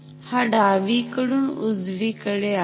हा डावीकडून उजवीकडे आहे